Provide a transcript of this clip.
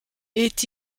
est